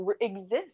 exist